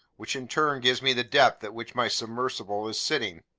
which in turn gives me the depth at which my submersible is sitting.